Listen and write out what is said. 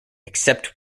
except